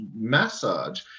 massage